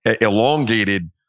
elongated